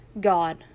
God